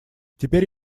теперь